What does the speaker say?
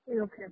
Okay